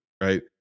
right